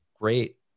great